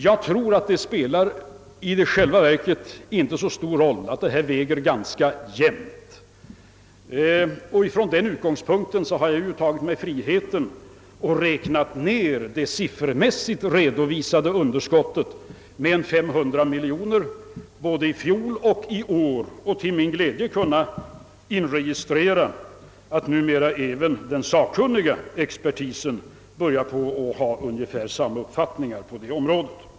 Jag tror att det i själva verket väger ganska jämnt. Med denna utgångspunkt har jag tagit mig friheten att räkna ner det siffermässigt redovisade underskottet med 500 miljoner både i fjol och i år och har till min glädje noterat att numera även expertisen börjar luta åt samma uppfattning på detta område.